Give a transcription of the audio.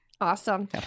awesome